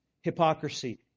hypocrisy